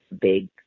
big